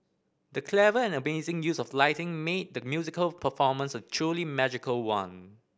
the clever and amazing use of lighting made the musical performance a truly magical one